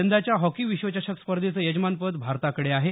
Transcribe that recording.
यंदाच्या हॉकी विश्वचषक स्पर्धेचं यजमानपद भारताकडे आहे